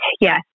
Yes